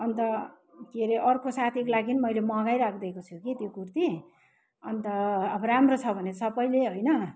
अन्त के रे अर्को साथीको लागि मैले मगाइराखि दिएको छु कि त्यो कुर्ती अन्त अब राम्रो छ भने सबैले होइन